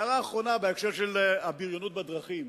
הערה אחרונה על הבריונות בדרכים.